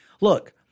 Look